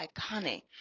iconic